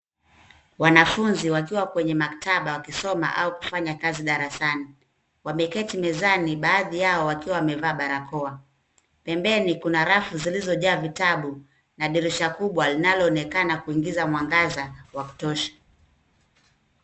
Wanafunzi wakiwa katika maktaba wanaonekana wakiwa wanafanya kazi darasani wameketi mezani baadhi yao wakiwa wamevaa barakoa. pembeni kuna rafu zilizojaa vitabu na dirisha kubwa linaloonekana kuingiza mwangaza wa kutosha